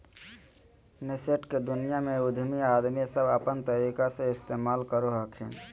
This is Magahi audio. नैसैंट के दुनिया भर के उद्यमी आदमी सब अपन तरीका से इस्तेमाल करो हखिन